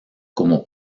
como